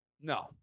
No